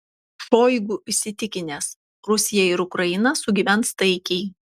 šoigu įsitikinęs rusija ir ukraina sugyvens taikiai